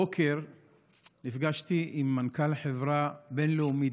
הבוקר נפגשתי עם מנכ"ל חברה בין-לאומית